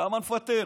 למה לפטר?